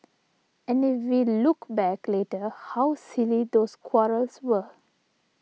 and if we look back later how silly those quarrels were